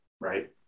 right